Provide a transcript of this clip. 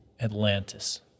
Atlantis